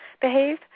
behave